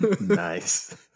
Nice